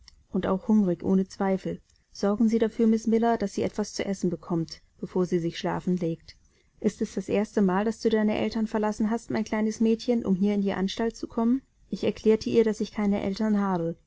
und auch hungrig ohne zweifel sorgen sie dafür miß miller daß sie etwas zu essen bekommt bevor sie sich schlafen legt ist es das erste mal daß du deine eltern verlassen hast mein kleines mädchen um hier in die anstalt zu kommen ich erklärte ihr daß ich keine eltern habe